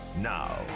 now